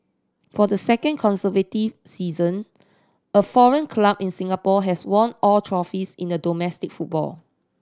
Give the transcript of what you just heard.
for the second consecutive season a foreign club in Singapore has won all trophies in domestic football